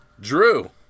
Drew